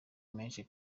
menshi